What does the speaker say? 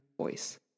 voice